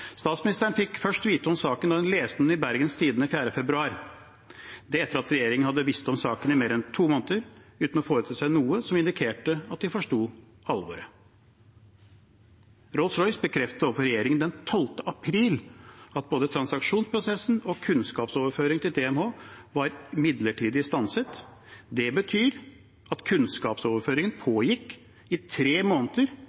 Statsministeren fikk først vite om saken da hun leste om den i Bergens Tidende 4. februar, det etter at regjeringen hadde visst om saken i mer enn to måneder uten å foreta seg noe som indikerte at de forstod alvoret. Rolls-Royce bekreftet overfor regjeringen den 12. april at både transaksjonsprosessen og kunnskapsoverføring til TMH var midlertidig stanset. Det betyr at kunnskapsoverføringen